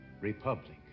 Republic